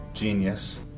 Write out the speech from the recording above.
genius